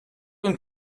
und